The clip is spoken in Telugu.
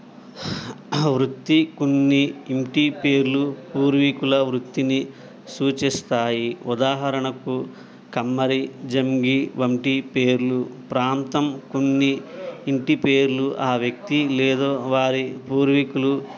వృత్తి కొన్ని ఇంటి పేర్లు పూర్వికుల వృత్తిని సూచిస్తాయి ఉదాహరణకు కమ్మరి జంగి వంటి పేర్లు ప్రాంతం కొన్ని ఇంటిపేర్లు ఆ వ్యక్తి లేదా వారి పూర్వీకులు